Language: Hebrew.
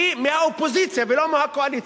היא מהאופוזיציה ולא מהקואליציה.